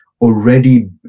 already